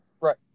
Right